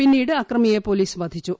പിന്നീട് അക്രമിയെ പോലീസ് വധിച്ചു